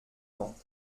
ans